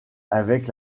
avec